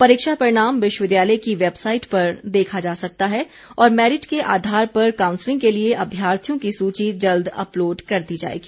परीक्षा परिणाम विश्वविद्यालय की वैबसाइट पर देखा जा सकता है और मैरिट के आधार पर काउंसलिंग के लिए अभ्यार्थियों की सूची जल्द अपलोड कर दी जाएगी